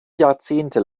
jahrzehnte